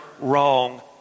wrong